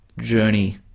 journey